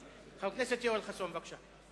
חבר הכנסת יואל חסון, בבקשה.